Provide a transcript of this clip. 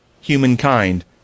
humankind